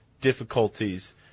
difficulties